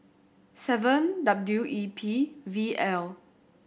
seven W E P V L